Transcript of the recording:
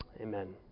Amen